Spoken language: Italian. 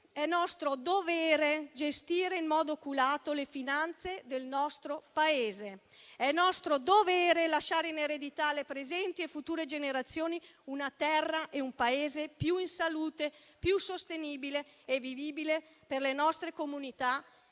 è nostro dovere gestire in modo oculato le finanze del nostro Paese. È nostro dovere lasciare in eredità alle presenti e future generazioni una Terra e un Paese più in salute, più sostenibile e vivibile per le nostre comunità